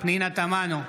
פנינה תמנו,